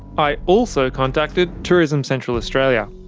i also contacted tourism central australia.